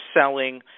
selling